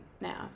now